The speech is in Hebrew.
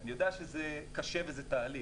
אני יודע שזה קשה וזה תהליך,